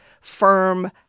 firm